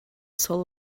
soul